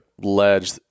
ledge